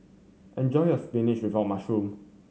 enjoy your spinach with mushroom